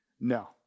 No